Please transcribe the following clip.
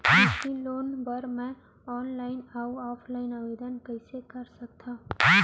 कृषि लोन बर मैं ऑनलाइन अऊ ऑफलाइन आवेदन कइसे कर सकथव?